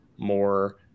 more